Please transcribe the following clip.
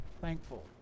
thankful